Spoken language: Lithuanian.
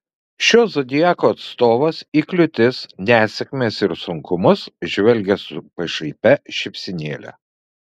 šio zodiako atstovas į kliūtis nesėkmes ir sunkumus žvelgia su pašaipia šypsenėle